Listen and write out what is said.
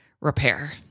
repair